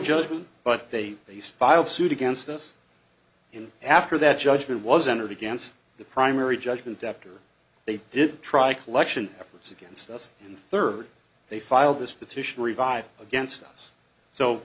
judgment but they they filed suit against us and after that judgment was entered against the primary judgment after they did try collection efforts against us and the third they filed this petition revived against us so